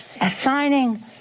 assigning